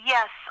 Yes